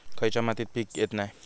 खयच्या मातीत पीक येत नाय?